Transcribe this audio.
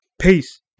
Peace